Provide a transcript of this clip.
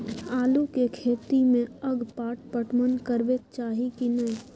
आलू के खेती में अगपाट पटवन करबैक चाही की नय?